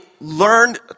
learned